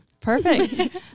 perfect